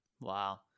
Wow